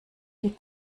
die